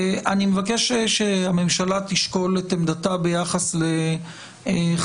אני מבקש שהממשלה תשקול את עמדתה ביחס לחזרה